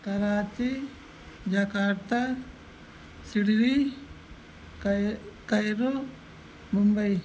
Karachi Jakarta Sydney कै Cairo Mumbai